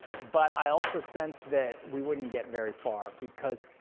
but i also sensed that we wouldn't get very far because